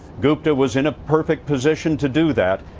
gupta was in a perfect position to do that.